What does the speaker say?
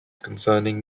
concerning